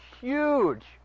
huge